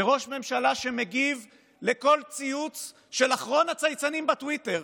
וראש הממשלה מגיב על כל ציוץ של אחרון הצייצנים בטוויטר,